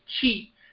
cheap